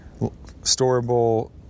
storable